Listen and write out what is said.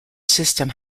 system